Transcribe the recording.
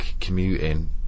commuting